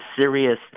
serious